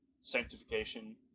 sanctification